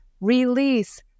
Release